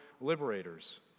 Liberators